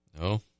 No